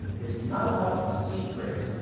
this is not about the secret.